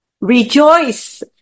Rejoice